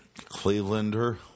Clevelander